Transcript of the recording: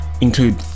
include